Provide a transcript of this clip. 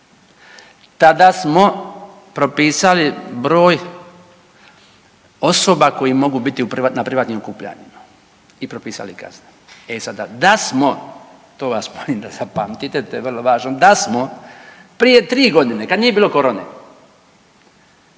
tada smo propisali broj osoba koji mogu biti u privatnim okupljanjima i propisali kazne. E sada, da smo, to vas molim da zapamtite, to je vrlo važno, da smo prije 3 godine kad nije bilo korone,